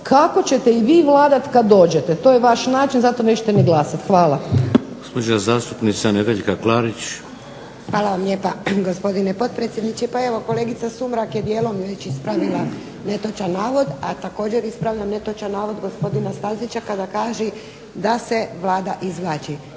kako ćete i vi vladati kada dođete. To je vaš način. Zato nećete ni glasati. Hvala.